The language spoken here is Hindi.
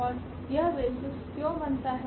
और यह बेसिस क्यों बनता है